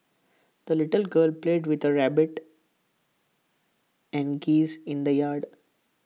the little girl played with her rabbit and geese in the yard